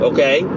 Okay